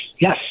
yes